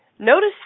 Notice